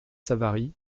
savary